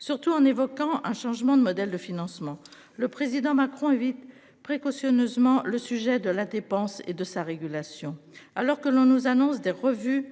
Surtout en évoquant un changement de modèle de financement. Le président Macron évites précautionneusement le sujet de la dépense et de sa régulation alors que l'on nous annonce des revues